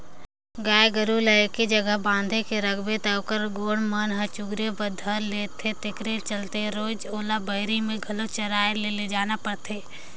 गाय गोरु ल एके जघा बांध के रखबे त ओखर गोड़ मन ह चगुरे बर धर लेथे तेखरे चलते रोयज ओला बहिरे में घलो चराए बर लेजना परथे